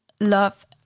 love